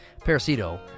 Parasito